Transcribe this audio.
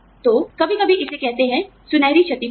तो कभी कभी इसे कहते हैं सुनहरी क्षतिपूर्ति